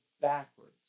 backwards